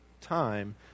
time